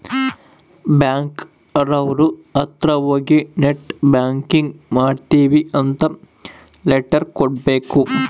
bank ಅವ್ರ ಅತ್ರ ಹೋಗಿ ನೆಟ್ ಬ್ಯಾಂಕಿಂಗ್ ಮಾಡ್ತೀವಿ ಅಂತ ಲೆಟರ್ ಕೊಡ್ಬೇಕು